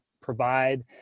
provide